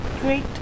great